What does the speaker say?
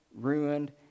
ruined